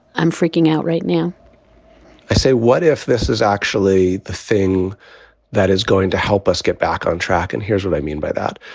i'm freaking out right now i say, what if this is actually the thing that is going to help us get back on track? and here's what i mean by that.